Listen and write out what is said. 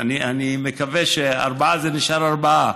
אני מקווה שארבעה זה נשאר ארבעה,